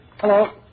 Hello